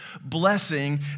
blessing